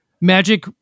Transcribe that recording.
magic